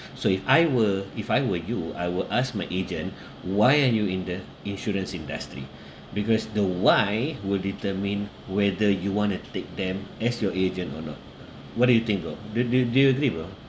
so if I were if I were you I will ask my agent why are you in the insurance industry because the why will determine whether you want to take them as your agent or not what do you think bro do do do you agree bro